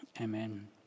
Amen